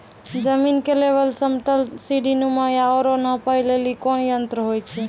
जमीन के लेवल समतल सीढी नुमा या औरो नापै लेली कोन यंत्र होय छै?